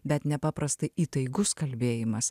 bet nepaprastai įtaigus kalbėjimas